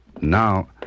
Now